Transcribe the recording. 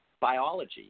biology